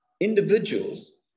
individuals